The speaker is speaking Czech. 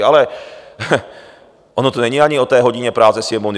Ale ono to není ani o té hodině práce Sněmovny.